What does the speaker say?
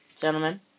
Gentlemen